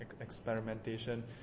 experimentation